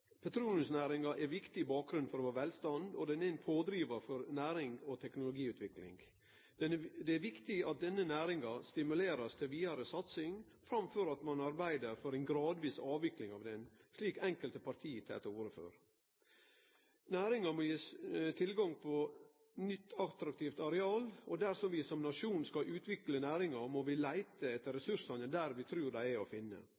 er ein viktig bakgrunn for velstanden vår, og ho er ein pådrivar for nærings- og teknologiutvikling. Det er viktig at denne næringa blir stimulert til vidare satsing framfor at ein arbeider for ei gradvis avvikling av ho, slik enkelte parti tek til orde for. Næringa må bli gitt tilgang på nytt attraktivt areal, og dersom vi som nasjon skal utvikle næringa, må vi leite etter ressursane der vi trur dei er å finne.